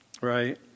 right